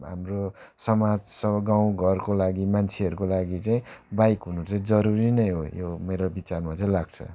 हाम्रो समाज स गाउँघरको लागि मान्छेहरूको लागि चाहिँ बाइक हुनु चाहिँ जरुरी नै हो यो मेरो विचारमा चाहिँ लाग्छ